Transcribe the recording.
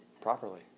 properly